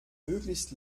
möglichst